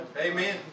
Amen